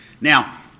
Now